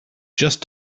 just